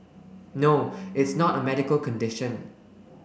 no it's not a medical condition